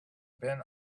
been